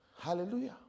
Hallelujah